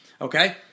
Okay